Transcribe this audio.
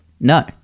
No